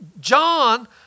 John